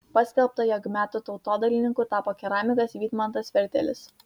paskelbta jog metų tautodailininku tapo keramikas vydmantas vertelis